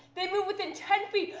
they moved within ten feet.